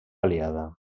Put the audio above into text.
aliada